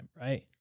right